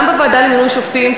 גם בוועדה למינוי שופטים,